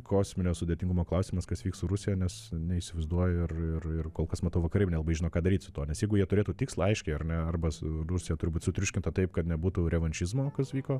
kosminio sudėtingumo klausimas kas vyks su rusija nes neįsivaizduoju ir ir ir kol kas matau vakarai nelabai žino ką daryt su tuo nes jeigu jie turėtų tikslą aiškiai ar ne arba su rusija turi būt sutriuškinta taip kad nebūtų revanšizmo kas vyko